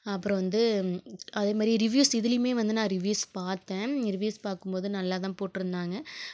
அப்புறம் வந்து அதேமாதிரி ரிவ்யூஸ் இதுலேயுமே வந்து நான் ரிவ்யூஸ் பார்த்தேன் ரிவ்யூஸ் பார்க்கும் போது நல்லா தான் போட்டிருந்தாங்க